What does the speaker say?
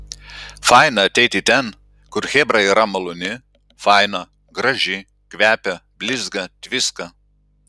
faina ateiti ten kur chebra yra maloni faina graži kvepia blizga tviska